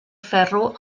ferro